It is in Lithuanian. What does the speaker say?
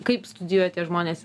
kaip studijuoja tie žmonės